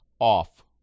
off